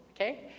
Okay